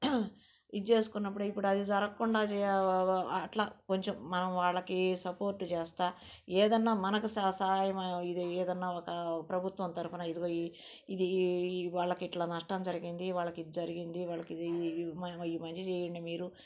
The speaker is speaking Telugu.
ఇది చేసుకున్నప్పుడు అది జరగకుండా చే వ అట్లా కొంచెం మనం వాళ్ళకి సపోర్ట్ చేస్తూ ఏదైనా మనకు స సహాయం ఏదైనా ఒక ప్రభుత్వం తరపున ఇదిగో ఇదీ ఈ ఈ వాళ్ళకి ఇట్లా నష్టం జరిగింది వాళ్ళకి ఇది జరిగింది వాళ్ళకి ఇది మంచి చేయండి మీరు